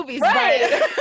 Right